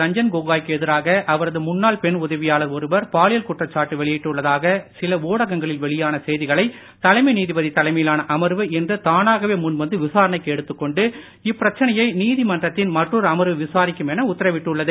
ரஞ்சன் கோகோய் க்கு எதிராக அவரது முன்னாள் பெண் உதவியாளர் ஒருவர் பாலியல் குற்றச்சாட்டு வெளியிட்டுள்ளதாக சில ஊடகங்களில் வெளியான தலைமை நீதிபதி தலைமையிலான அமர்வு இன்று செய்திகளை முன்வந்து விசாரணைக்கு எடுத்துக்கொண்டு தானாகவே இப்பிரச்சனையை நீதிமன்றத்தில் மற்றொரு அமர்வு விசாரிக்கும் என உத்தரவிட்டுள்ளது